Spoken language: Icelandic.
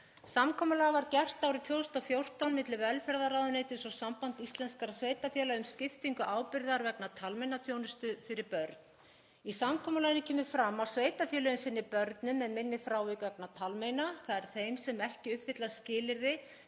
Samkomulag var gert árið 2014 milli velferðarráðuneytis og Sambands íslenskra sveitarfélaga um skiptingu ábyrgðar vegna talmeinaþjónustu fyrir börn. Í samkomulaginu kemur fram að sveitarfélögin sinni börnum með minni frávik vegna talmeina, þ.e. þeim sem ekki uppfylla skilyrði